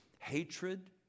hatred